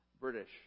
British